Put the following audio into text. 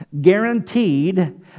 guaranteed